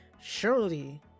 surely